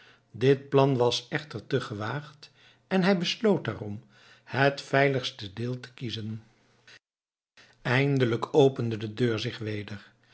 dit plan was echter te gewaagd en hij besloot daarom het veiligste deel te kiezen eindelijk opende zich de deur weder